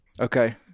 Okay